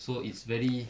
so it's very